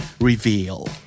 Reveal